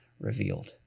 revealed